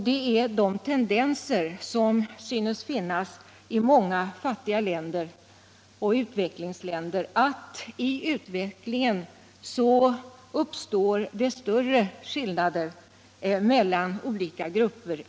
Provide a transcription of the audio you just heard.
Det är de tendenser som finns i många fattiga länder — utvecklingskinder —- att skillnader i levnadsvillkor och annat förstärks mellan olika grupper.